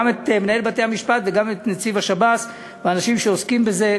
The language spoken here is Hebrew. גם את מנהל בתי-המשפט וגם את נציב השב"ס והאנשים שעוסקים בזה.